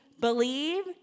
believe